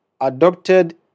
adopted